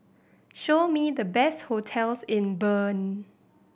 show me the best hotels in Bern